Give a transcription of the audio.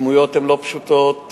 הדמויות הן לא פשוטות,